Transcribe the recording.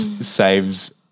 saves